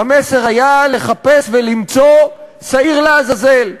המסר היה לחפש ולמצוא שעיר לעזאזל,